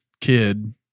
kid